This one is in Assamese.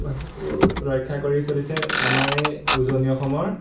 টো ৰক্ষা কৰি চলিছে আমাৰ এই উজনি অসমৰ